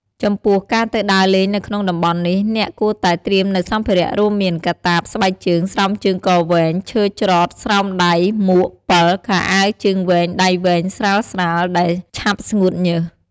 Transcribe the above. ចំពោះការទៅដើរលេងនៅក្នុងតំបន់នេះអ្នកគួរតែត្រៀមនៅសម្ភារៈរួមមាន កាតាប ស្បែកជើង ស្រោមជើងកវែង ឈើច្រត់ ស្រោមដៃ មួក ពិល ខោអាវជើងវែងដៃវែង ស្រាលៗ ដែលឆាប់ស្ងួតញើស។